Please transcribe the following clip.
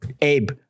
abe